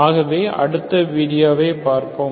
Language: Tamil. ஆகவே அடுத்த வீடியோவில் பார்ப்போம்